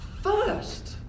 First